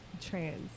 trans